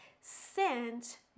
sent